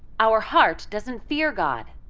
our heart doesn't fear god.